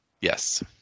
Yes